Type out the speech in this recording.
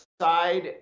side